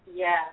Yes